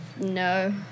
No